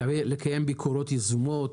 לקיים ביקורות יזומות.